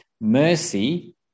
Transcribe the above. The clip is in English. mercy